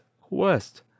Quest